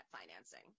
financing